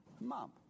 Mom